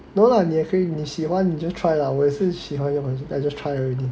no lah 你也可以你喜欢你就 try lah 我也是喜欢要不然 try already